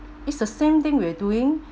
it's the same thing we're doing